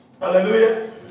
Hallelujah